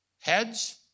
heads